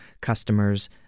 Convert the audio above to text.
customers